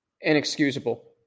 inexcusable